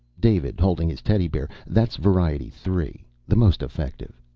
david holding his teddy bear. that's variety three. the most effective.